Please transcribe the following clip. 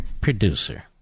Producer